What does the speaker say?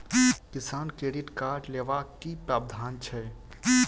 किसान credit card लेबाक की प्रावधान छै?